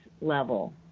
level